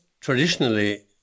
traditionally